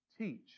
Teach